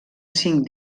cinc